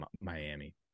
miami